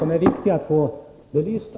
Det är viktigt att vi får dem belysta.